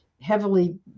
heavily